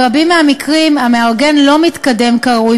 ברבים מהמקרים המארגן לא מתקדם כראוי